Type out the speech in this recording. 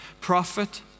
prophet